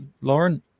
Lauren